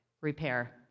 repair